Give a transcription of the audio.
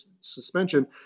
suspension